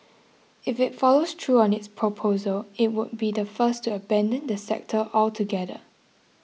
if it follows through on its proposal it would be the first to abandon the sector altogether